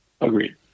Agreed